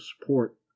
support